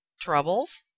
Troubles